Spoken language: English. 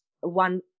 one